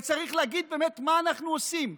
וצריך להגיד באמת מה אנחנו עושים.